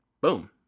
Boom